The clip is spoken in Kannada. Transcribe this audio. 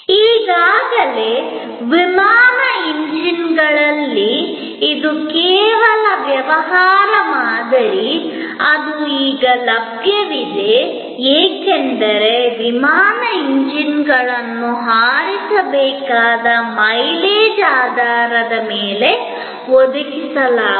ಈಗಾಗಲೇ ವಿಮಾನ ಎಂಜಿನ್ಗಳಲ್ಲಿ ಇದು ಕೇವಲ ವ್ಯವಹಾರ ಮಾದರಿ ಅದು ಈಗ ಲಭ್ಯವಿದೆ ಏಕೆಂದರೆ ವಿಮಾನ ಎಂಜಿನ್ಗಳನ್ನು ಹಾರಿಸಬೇಕಾದ ಮೈಲೇಜ್ ಆಧಾರದ ಮೇಲೆ ಒದಗಿಸಲಾಗುತ್ತದೆ